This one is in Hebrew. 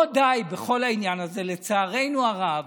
לא די בכל העניין הזה, לצערנו הרב,